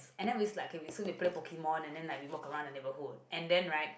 and then we like okay so we play pokemon and then like we walk around the neighborhood and then right